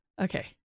Okay